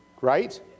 right